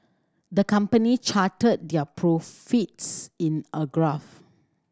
the company charted their profits in a graph